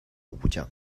武将